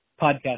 podcast